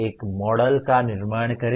एक मॉडल का निर्माण करें